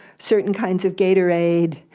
certain kinds of gatorade.